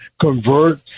convert